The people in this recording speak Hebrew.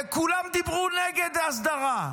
כולם דיברו נגד הסדרה,